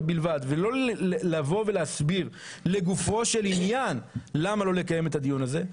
בלבד ולא להסביר לגופו של עניין למה לא לקיים את הדיון הזה,